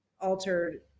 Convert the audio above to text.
altered